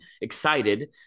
excited